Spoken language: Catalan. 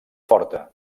forta